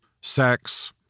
sex